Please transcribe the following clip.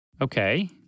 Okay